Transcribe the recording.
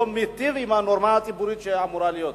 מיטיב עם הנורמה הציבורית שאמורה להיות.